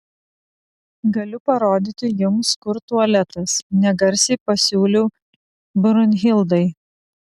galiu parodyti jums kur tualetas negarsiai pasiūliau brunhildai